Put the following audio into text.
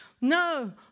No